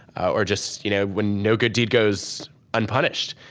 or just you know when no good deed goes unpunished.